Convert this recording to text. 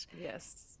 Yes